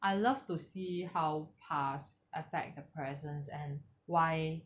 I love to see how past affect the presents and why